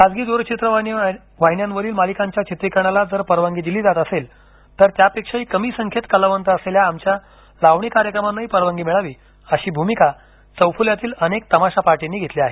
खासगी द्रचित्रवाहिन्यांवरील मालिकांच्या चित्रीकरणाला जर परवानगी दिली जात असेल तर त्यापेक्षाही कमी संख्येत कलावंत असलेल्या आमच्या लावणी कार्यक्रमांनाही परवानगी मिळावी अशी भूमिका चौफूल्यातील अनेक तमाशा पार्टीनी घेतली आहे